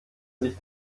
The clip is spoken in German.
sich